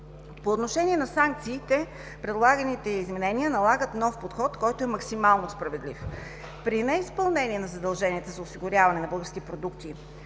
По отношение на санкциите предлаганите изменения налагат нов подход, който е максимално справедлив. При неизпълнение на задълженията за осигуряване на български продукти